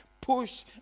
push